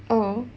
oh